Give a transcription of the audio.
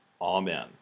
Amen